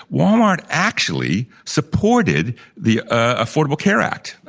walmart actually supported the affordable care act.